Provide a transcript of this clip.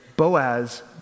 Boaz